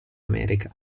america